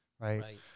Right